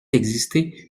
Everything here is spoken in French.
exister